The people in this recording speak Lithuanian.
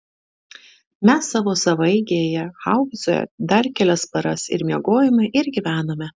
mes savo savaeigėje haubicoje tas kelias paras ir miegojome ir gyvenome